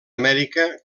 amèrica